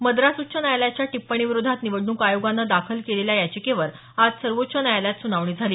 मद्रास उच्च न्यायालयाच्या टिप्पणीविरोधात निवडणूक आयोगानं दाखल केलेल्या याचिकेवर आज सर्वोच्च न्यायालयात सुनावणी झाली